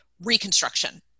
reconstruction